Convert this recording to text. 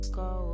go